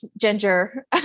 ginger